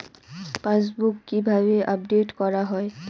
Passbook কিভাবে update করা হয়?